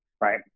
right